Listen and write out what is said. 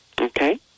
Okay